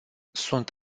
sunt